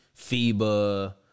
FIBA